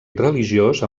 religiós